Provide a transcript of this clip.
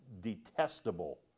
detestable